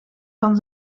van